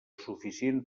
suficient